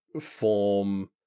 form